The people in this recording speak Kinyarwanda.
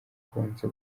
kubanza